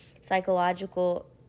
Psychological